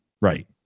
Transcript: right